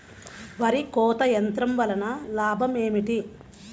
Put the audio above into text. వరి కోత యంత్రం వలన లాభం ఏమిటి?